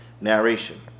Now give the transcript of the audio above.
narration